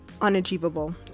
unachievable